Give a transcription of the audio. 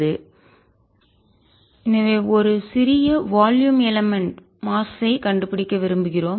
xyzρrθϕCx2|z| எனவே ஒரு சிறிய வால்யும் எலமன்ட் மாஸ் நிறை ஐ கண்டுபிடிக்க விரும்புகிறோம்